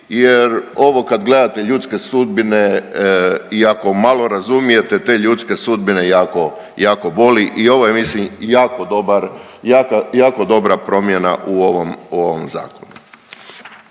jer ovo kad gledate ljudske sudbine i ako malo razumijete te ljudske sudbine jako, jako boli i ovo je ja mislim jako dobar, jako dobra